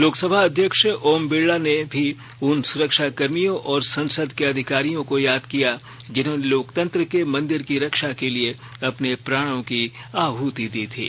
लोकसभा अध्यक्ष ओम बिरला ने भी उन सुरक्षाकर्मियों और संसद के अधिकारियों को याद किया जिन्होंने लोकतंत्र के मंदिर की रक्षा के लिए अपर्न प्राणों की आहति दी थी